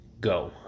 Go